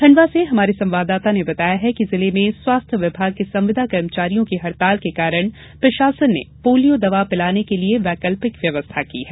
खंडवा से हमारे संवाददाता ने बताया है कि जिले में स्वास्थ्य विभाग की संविदा कर्मचारियों की हड़ताल के कारण प्रशासन ने पोलियो दवा पिलाने के लिए वैकल्पिक व्यवस्था की है